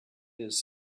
his